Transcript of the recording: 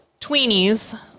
tweenies